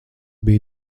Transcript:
biju